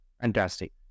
fantastic